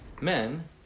men